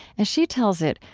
as she tells it,